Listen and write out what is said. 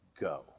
go